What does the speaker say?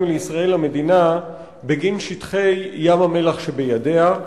לישראל" למדינה בגין שטחי ים-המלח שבידיה?